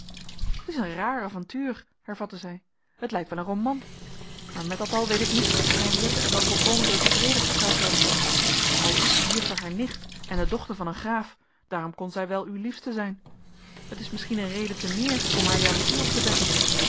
t is een raar avontuur hervatte zij t lijkt wel een roman maar met dat al weet ik niet of henriëtte er wel volkomen door tevreden gesteld zoude worden al is die juffer haar nicht en de dochter van een graaf daarom kon zij wel uw liefste zijn t is misschien een reden te meer om haar jaloezie op te wekken